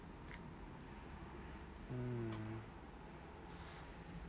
mm